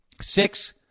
six